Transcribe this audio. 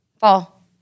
Fall